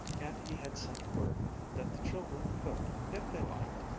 and he had sent word that the children could, if they liked,